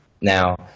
Now